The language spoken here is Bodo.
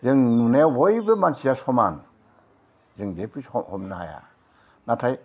जों नुनायाव बयबो मानसिया समान जों जेबो हमनो हाया नाथाय